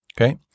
Okay